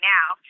now